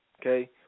Okay